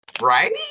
Right